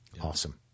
Awesome